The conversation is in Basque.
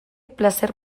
plazer